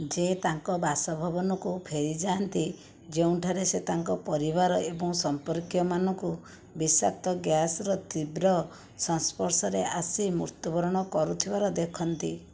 ସେ ତାଙ୍କ ବାସଭବନକୁ ଫେରିଯାଆନ୍ତି ଯେଉଁଠାରେ ସେ ତାଙ୍କ ପରିବାର ଏବଂ ସମ୍ପର୍କୀୟ ମାନଙ୍କୁ ବିଷାକ୍ତ ଗ୍ୟାସର ତୀବ୍ର ସଂସ୍ପର୍ଶରେ ଆସି ମୃତ୍ୟୁବରଣ କରୁଥିବାର ଦେଖନ୍ତି